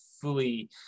fully